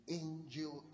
angel